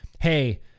hey